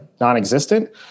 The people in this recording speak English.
non-existent